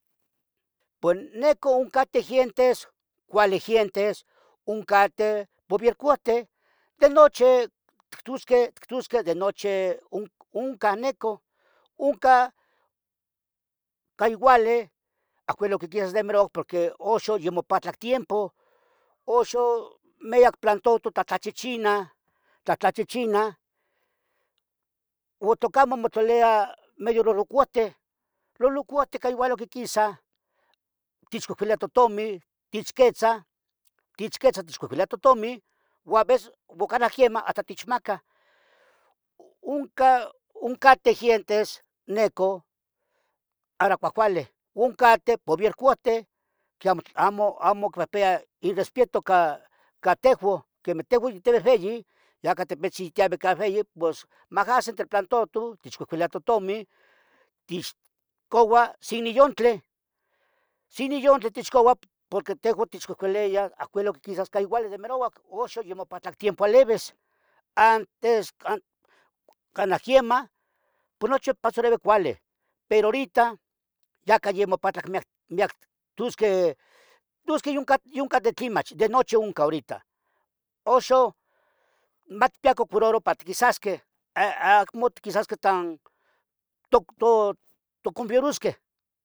nochi gente tlahtlachiya tlahtlamovisoua titlamovisouah tiquihitah quenih quichiua quenih motohtotiyah uan inon tejun neco ixo ipan nen topueblo neco xiachonten ya inon quicualetah pies neh no cateh gentis cuali gentes oncateh povircohtin de noche tictusqueh ictosqueh de nochi oncan neco oncan caiuali porqui oxon yomopatlac tiempo oxon miyac plantonto tlachichina tlatlachichina o tlacamo motlaliah medio lohlocuhtin lolucutih ca igual techcuihcuilia totomin techiquitza techquetza techcuilia in totomin uan aveces canah queman hastah techmacah onca oncateh gientes neco hora cuahcuali oncan o viercohten amo quipieya irispieto ca tehuan quemeh tehuan ya tivehveyi ya catipitzin tiave ca ueyin poes magasi entre plantohton techcuehcuelia in totomen tixcoua siniyontleh siniyontlen techcaua porque tehuan techcucoliya acuelic ocquisas cuali demirouac uxon yomopatlac tiempo aleves antes canah quemah nochi pasarivi cuali pero horita yaca yomopatlac tusqueh yuncah de tlimach de nochi oncah uxan maticpiyacan cuiraroh para itquisasqueh acmo itquisasqueh tan acmo itmoconfiarusqueh.